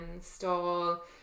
stall